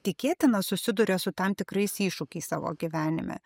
tikėtina susiduria su tam tikrais iššūkiais savo gyvenime